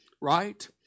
right